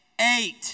eight